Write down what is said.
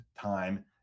time